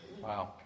Wow